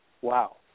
Wow